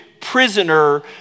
prisoner